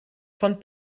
von